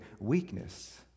weakness